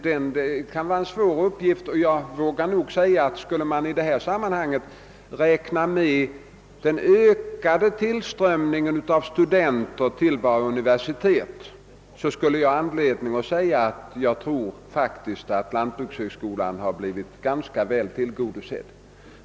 Det kan vara en svår uppgift, att göra avvägningar, och om man räknar med den ökade tillströmningen av studenter till våra universitet vill jag påstå att lantbrukshögskolans behov blivit ganska väl tillgodosett.